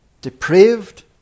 depraved